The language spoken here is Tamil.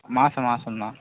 மாதம் மாதம் தான்